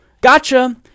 gotcha